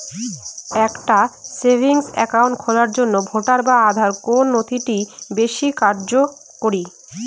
একটা savings account খোলার জন্য ভোটার বা আধার কোন নথিটি বেশী কার্যকরী?